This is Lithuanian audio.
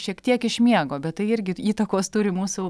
šiek tiek iš miego bet tai irgi įtakos turi mūsų